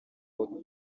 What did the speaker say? aho